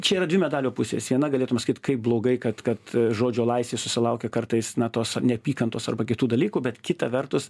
čia yra dvi medalio pusės viena galėtum sakyt kaip blogai kad kad žodžio laisvė susilaukia kartais na tos neapykantos arba kitų dalykų bet kita vertus